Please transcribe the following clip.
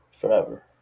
forever